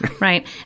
right